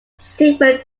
stephen